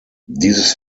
dieses